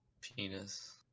Penis